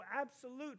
absolute